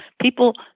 people